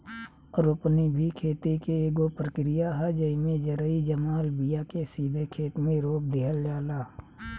रोपनी भी खेती के एगो प्रक्रिया ह, जेइमे जरई जमाल बिया के सीधे खेते मे रोप दिहल जाला